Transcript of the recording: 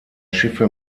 schiffe